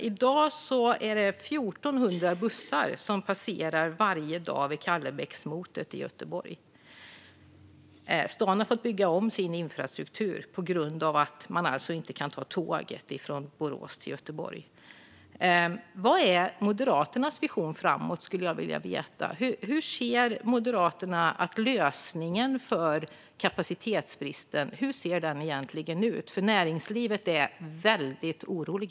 I dag är det 1 400 bussar som passerar varje dag vid Kallebäcksmotet i Göteborg. Staden har fått bygga om sin infrastruktur på grund av att man inte kan ta tåget från Borås till Göteborg. Vad är Moderaternas vision för framtiden? Hur menar Moderaterna att lösningen på kapacitetsbristen ser ut? I näringslivet är man väldigt orolig.